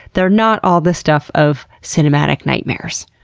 they're not all the stuff of cinematic nightmares.